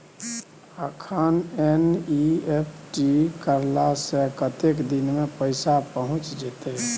अखन एन.ई.एफ.टी करला से कतेक दिन में पैसा पहुँच जेतै?